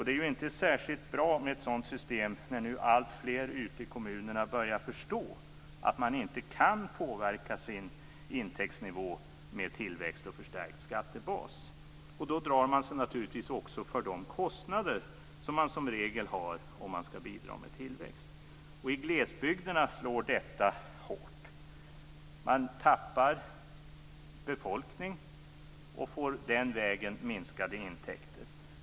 Det är inte särskilt bra med ett sådant system när nu alltfler ute i kommunerna börjar förstå att man inte kan påverka sin intäktsnivå med tillväxt och förstärkt skattebas. Då drar man sig naturligtvis också för de kostnader som man som regel har om man ska bidra med tillväxt. Och i glesbygderna slår detta hårt. Man förlorar befolkning och får den vägen minskade intäkter.